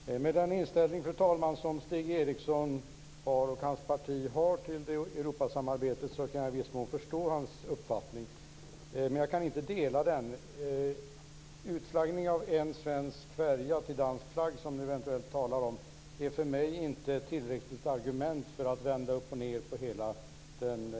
Fru talman! Med den inställning som Stig Eriksson och hans parti har till Europasamarbetet kan jag i viss mån förstå hans uppfattning, men jag kan inte dela den. Utflaggning av en svensk färja till dansk flagg är för mig inte ett tillräckligt argument för att vända upp och ned på hela den